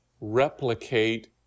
replicate